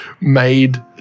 made